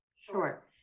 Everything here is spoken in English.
Sure